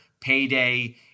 payday